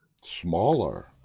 smaller